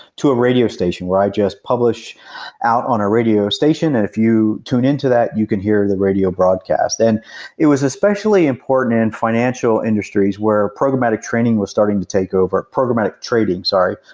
to a radio station where i just published out on a radio station and if you tune in to that, you can hear the radio broadcast and it was especially important in financial industries where programmatic training was starting to take over programmatic trading sorry,